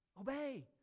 Obey